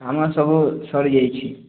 କାମ ସବୁ ସରିଯାଇଛି